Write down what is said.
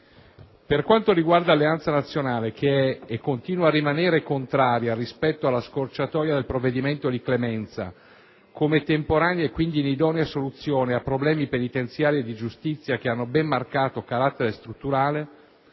Per quanto riguarda Alleanza Nazionale (che è e continua a rimanere contraria rispetto alla «scorciatoia» del provvedimento di clemenza, come temporanea e quindi inidonea soluzione a problemi penitenziari e di giustizia, che hanno ben marcato carattere strutturale),